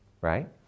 right